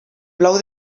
plou